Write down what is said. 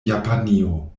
japanio